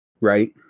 Right